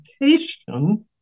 education